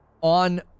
on